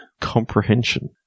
Comprehension